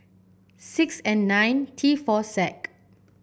six N nine T four Z